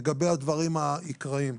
לגבי הדברים העיקריים,